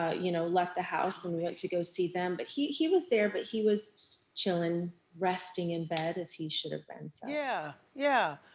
ah you know left the house. and we went to go see them. but he he was there, but he was chillin'. resting in bed as he should've been, so. yeah, yeah.